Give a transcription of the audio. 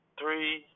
three